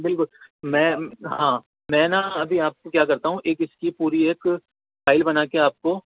بالکل میں ہاں میں نا ابھی آپ کو کیا کرتا ہوں ایک اس کی پوری ایک فائل بنا کے آپ کو